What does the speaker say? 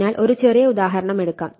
അതിനാൽ ഒരു ചെറിയ ഉദാഹരണം എടുക്കാം